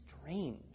strange